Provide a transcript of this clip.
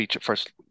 first